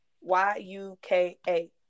y-u-k-a